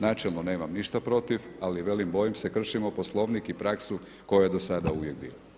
Načelno nemam ništa protiv, ali velim, bojim se, kršimo Poslovnik i praksu koja je do sada uvijek bila.